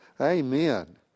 Amen